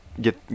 get